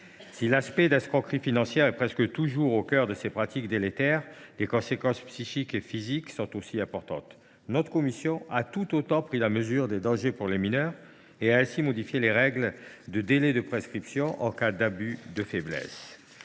Si l’aspect d’escroquerie financière est presque toujours au cœur de ces pratiques délétères, les conséquences psychiques et physiques sont aussi importantes. La commission a tout autant pris la mesure des dangers que courent les mineurs en la matière et a ainsi modifié les règles ayant trait aux délais de prescription en cas d’abus de faiblesse.